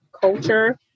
culture